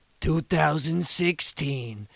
2016